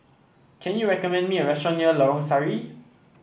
can you recommend me a restaurant near Lorong Sari